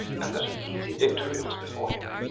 and that an easy victory was before him.